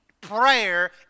prayer